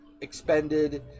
expended